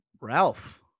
Ralph